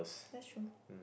that's true